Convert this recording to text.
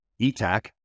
ETAC